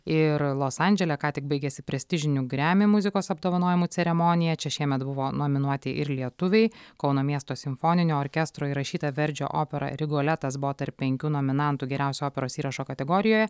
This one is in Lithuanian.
ir los andžele ką tik baigėsi prestižinių gremi muzikos apdovanojimų ceremonija čia šiemet buvo nominuoti ir lietuviai kauno miesto simfoninio orkestro įrašyta verdžio opera rigoletas buvo tarp penkių nominantų geriausio operos įrašo kategorijoje